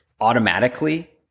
automatically